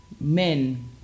men